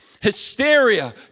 hysteria